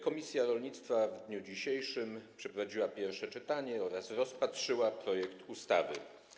Komisja rolnictwa w dniu dzisiejszym przeprowadziła pierwsze czytanie oraz rozpatrzyła projekt ustawy.